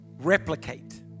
replicate